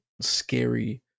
scary